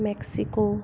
Mexico